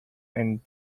and